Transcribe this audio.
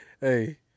hey